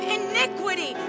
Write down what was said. iniquity